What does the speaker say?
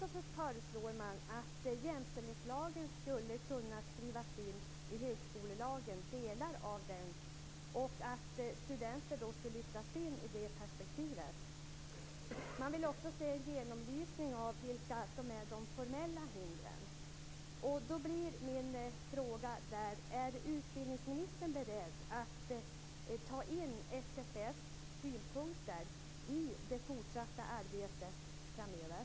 Man föreslår bl.a. att delar av jämställdhetslagen skulle kunna skrivas in i högskolelagen och att studenter då skulle lyftas in i det perspektivet. Man vill också se en genomlysning av vilka som är de formella hindren. Då blir min fråga: Är utbildningsministern beredd att ta in SFS synpunkter i det fortsatta arbetet framöver?